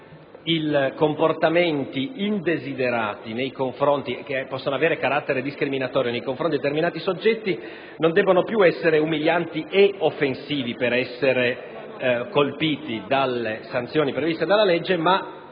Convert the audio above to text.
i comportamenti indesiderati che possono avere carattere discriminatorio nei confronti di determinati soggetti non devono più essere umilianti e offensivi per essere colpiti dalle sanzioni previste dalla leggi; è